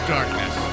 Darkness